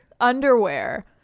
underwear